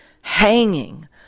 hanging